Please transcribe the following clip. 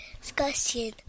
discussion